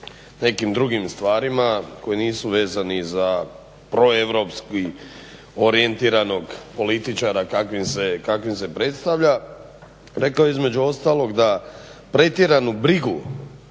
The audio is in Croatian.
nekim drugim stvarima koji nisu vezani za proeuropski orijentiranog političara kakvim se predstavlja. Rekao je između ostalog da pretjeranu brigu